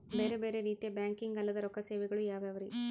ಬೇರೆ ಬೇರೆ ರೀತಿಯ ಬ್ಯಾಂಕಿಂಗ್ ಅಲ್ಲದ ರೊಕ್ಕ ಸೇವೆಗಳು ಯಾವ್ಯಾವ್ರಿ?